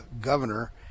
governor